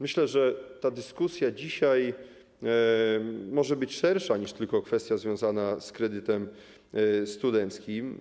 Myślę, że ta dyskusja dzisiaj może być szersza niż tylko dotycząca kwestii związanych z kredytem studenckim.